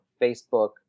Facebook